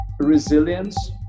resilience